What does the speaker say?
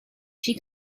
she